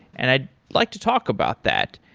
and i'd like to talk about that.